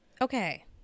Okay